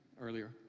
earlier